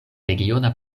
regiona